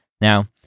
Now